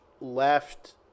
left